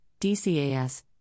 DCAS